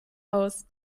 aus